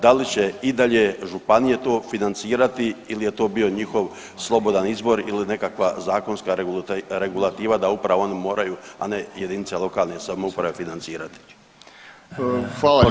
Da li će i dalje županije to financirati ili je to bio njihov slobodan izbor ili nekakva zakonska regulativa da upravo oni moraju, a ne jedinice lokalne samouprave financirati?